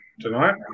tonight